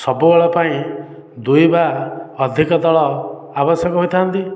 ସବୁବେଳ ପାଇଁ ଦୁଇ ବା ଅଧିକ ଦଳ ଆବଶ୍ୟକ ହୋଇଥାନ୍ତି